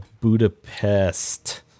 Budapest